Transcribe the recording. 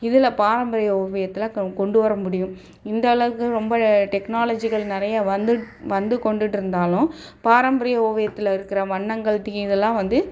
இதில் பாரம்பரிய ஓவியத்தில் கொ கொண்டு வர முடியும் இந்தளவுக்கு ரொம்ப டெக்னாலஜிகள் நிறைய வந்துட் வந்து கொண்டுட்ருந்தாலும் பாரம்பரிய ஓவியத்தில் இருக்கிற வண்ணங்கள் எல்லாம் வந்து